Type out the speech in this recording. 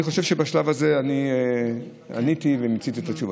אני חושב שבשלב אני עניתי ומיציתי את התשובה.